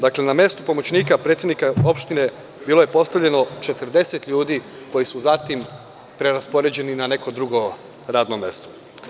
Dakle, na mestu pomoćnika predsednika opštine, bilo je postavljeno 40 ljudi koji su zatim preraspoređeni na neko drugo radno mesto.